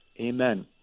Amen